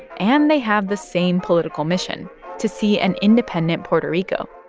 and they have the same political mission to see an independent puerto rico.